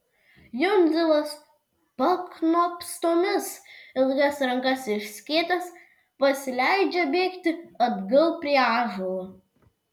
jundzilas paknopstomis ilgas rankas išskėtęs pasileidžia bėgti atgal prie ąžuolo